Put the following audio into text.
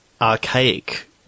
archaic